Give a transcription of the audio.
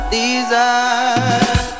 desire